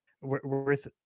worth